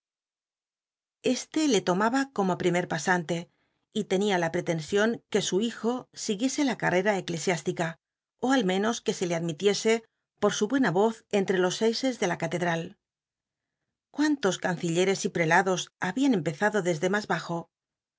este le tomaba como primcr pasante y tenia la prelcn ion uc su hijo siguiese la c htera cclesi islica ó ni menos c uc se le admilic c por su buena voz entre los seises de la catedral cuüntos cancillercs y prchtdos habían empezado desde mas bajo